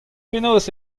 penaos